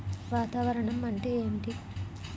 వాతావరణం అంటే ఏమిటి?